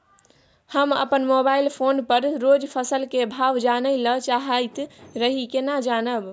हम अपन mobile phone पर रोज फसल के भाव जानय ल चाहैत रही केना जानब?